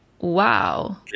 Wow